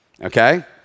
Okay